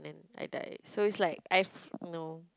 then I die so is like I've no